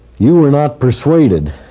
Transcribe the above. you were not persuaded